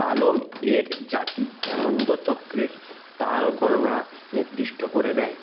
তালম এর জাতি ছন্দ চক্রের তাল গণনা নির্দিষ্ট করে দেয়